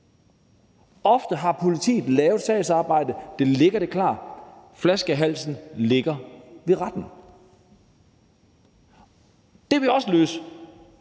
Ofte har politiet lavet sagsarbejdet. Det ligger klart. Flaskehalsen er hos retten. Det ville også løse